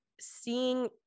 seeing